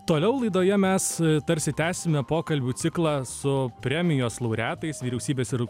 toliau laidoje mes tarsi tęsime pokalbių ciklą su premijos laureatais vyriausybės ir